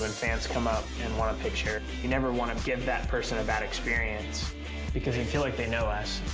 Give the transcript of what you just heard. and fans come up and want a picture, you never want to give that person a bad experience because they feel like they know us.